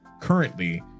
currently